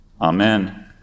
Amen